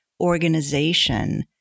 organization